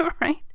right